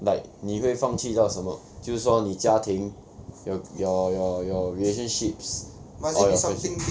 like 你会放弃到什么就是说你家庭 your your your your relationships or your friendship